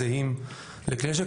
הם זהים לכלי נשק.